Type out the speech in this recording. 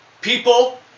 People